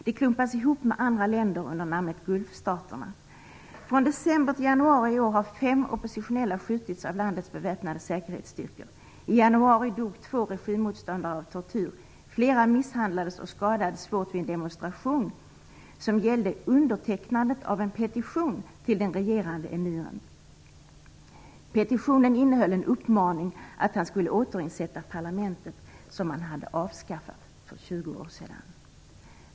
Det klumpas ihop med andra länder under namnet Från december till januari i år har fem oppositionella skjutits av landets beväpnade säkerhetsstyrkor. I januari dog två regimmotståndare av tortyr. Flera misshandlades och skadades svårt vid en demonstration, som gällde undertecknandet av en petition till den regerande emiren. Petitionen innehöll en uppmaning att han skulle återinsätta parlamentet, som han hade avskaffat för 20 år sedan.